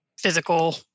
physical